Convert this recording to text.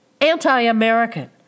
anti-American